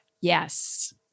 Yes